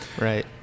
right